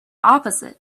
opposite